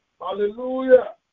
Hallelujah